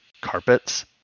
carpets